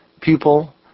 pupil